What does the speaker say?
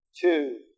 two